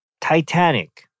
Titanic